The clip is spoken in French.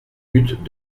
but